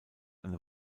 eine